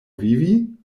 vivi